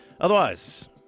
Otherwise